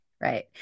right